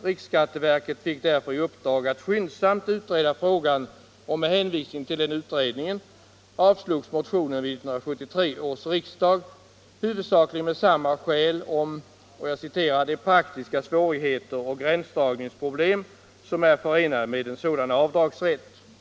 Riksskatteverket fick därför i uppdrag att skyndsamt utreda frågan, och med hänvisning till den utredningen avslogs motionen vid 1973 års riksdag, huvudsakligen med samma skäl om ”de praktiska svårigheter och gränsdragningsproblem som är förenade med en sådan avdragsrätt”.